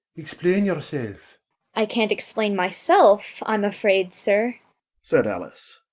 explain yourself i can't explain myself, i'm afraid, sir' said alice,